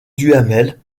duhamel